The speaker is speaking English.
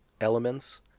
elements